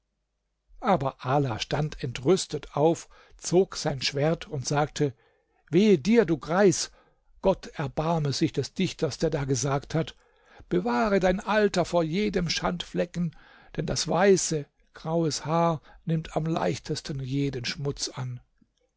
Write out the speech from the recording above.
aber ala stand entrüstet auf zog sein schwert und sagte wehe dir du greis gott erbarme sich des dichters der da gesagt hat bewahre dein alter vor jedem schandflecken denn das weiße graues haar nimmt am leichtesten jeden schmutz an